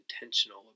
intentional